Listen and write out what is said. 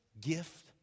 gift